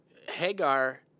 Hagar